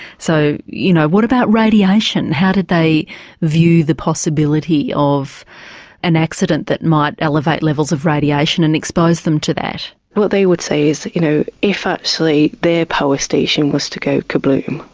so, you know what about radiation, how did they view the possibility of an accident that might elevate levels of radiation and expose them to that? what they would say so you know if actually their power station was to go kahboom,